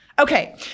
Okay